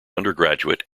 undergraduate